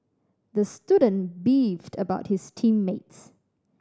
the student beefed about his team mates